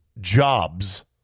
jobs